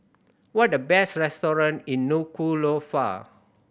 what are the best restaurant in Nuku'alofa